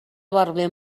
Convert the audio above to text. barber